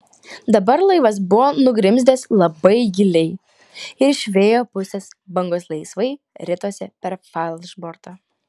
dabar laivas buvo nugrimzdęs labai giliai ir iš vėjo pusės bangos laisvai ritosi per falšbortą